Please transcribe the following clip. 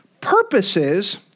purposes